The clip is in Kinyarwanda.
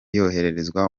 yoherereza